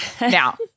Now